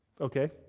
Okay